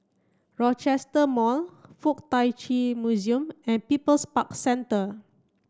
Rochester Mall Fuk Tak Chi Museum and People's Park Centre